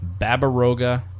Babaroga